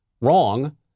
wrong